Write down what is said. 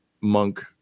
monk